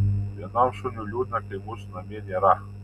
vienam šuniui liūdna kai mūsų namie nėra